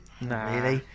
nah